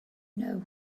know